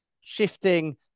shifting